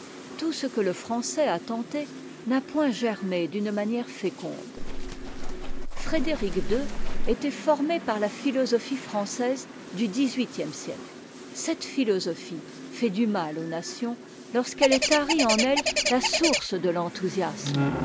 tout ce que le français a tenté n'a point germé d'une manière féconde frédéric ii était formé par la philosophie française du dix-huitième siècle cette philosophie fait du mal aux nations lorsqu'elle tarit en elles la source de l'enthousiasme